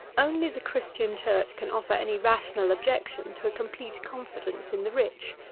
only the christian church can offer any rational objection to a complete confidence in the rich.